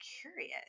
curious